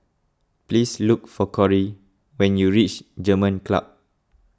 please look for Corry when you reach German Club